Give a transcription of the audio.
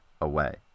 away